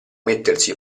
mettersi